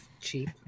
cheap